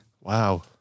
Wow